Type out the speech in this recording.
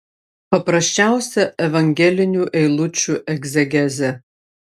paprasčiausia evangelinių eilučių egzegezė